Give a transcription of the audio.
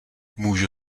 můžu